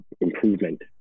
improvement